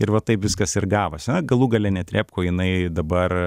ir va taip viskas ir gavosi na galų gale netrebko jinai dabar